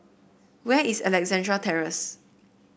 where is Alexandra Terrace